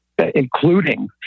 Including